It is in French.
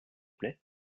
plaît